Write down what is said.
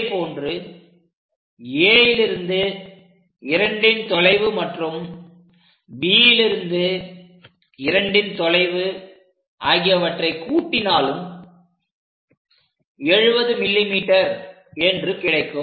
அதேபோன்று Aலிருந்து 2ன் தொலைவு மற்றும் Bலிருந்து 2ன் தொலைவு ஆகியவற்றை கூட்டினாலும் 70 mm என்று கிடைக்கும்